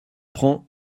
prends